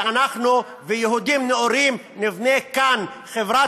ואנחנו ויהודים נאורים נבנה כאן חברה